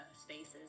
spaces